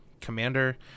commander